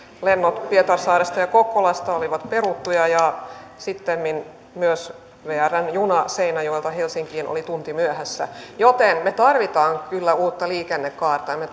lennot pietarsaaresta ja kokkolasta olivat peruttuja ja sittemmin myös vrn juna seinäjoelta helsinkiin oli tunnin myöhässä joten me tarvitsemme kyllä uutta liikennekaarta ja me